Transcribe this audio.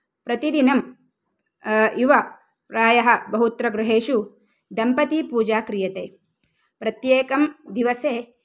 प्रतिदिनं इव प्रायः बहुत्र गृहेषु दम्पतिपूजा क्रियते प्रत्येकं दिवसे